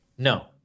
No